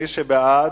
מי שבעד,